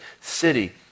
city